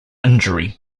injury